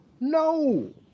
No